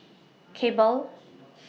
Cable